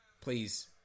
Please